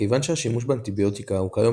מכיוון שהשימוש באנטיביוטיקה הוא כיום